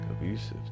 abusive